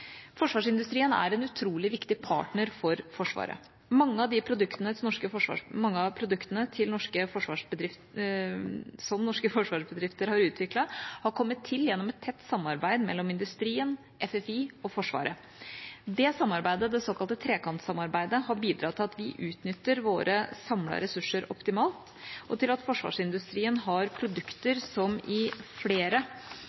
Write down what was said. Forsvarsindustrien er en utrolig viktig partner for Forsvaret. Mange av produktene som norske forsvarsbedrifter har utviklet, har kommet til gjennom et tett samarbeid mellom industrien, FFI og Forsvaret. Det samarbeidet, det såkalte trekantsamarbeidet, har bidratt til at vi utnytter våre samlede ressurser optimalt, og til at forsvarsindustrien har